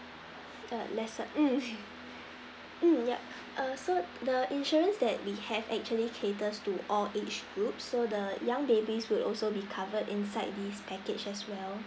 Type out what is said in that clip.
err lesser mm mm yup err so the insurance that we have actually caters to all age groups so the young babies would also be covered inside this package as well